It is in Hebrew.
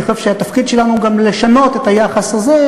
אני חושב שהתפקיד שלנו הוא גם לשנות את היחס הזה,